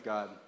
God